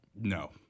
No